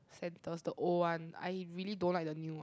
centers the old one I really don't like the new one